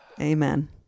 Amen